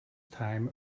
time